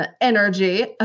energy